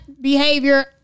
behavior